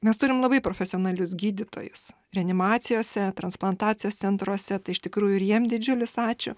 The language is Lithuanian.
mes turim labai profesionalius gydytojus reanimacijose transplantacijos centruose tai iš tikrųjų ir jiem didžiulis ačiū